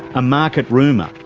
a market rumour,